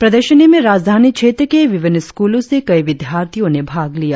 प्रदर्शनी में राजधानी क्षेत्र के विभिन्न स्कूलों से कई विद्यार्थियों ने भाग लिया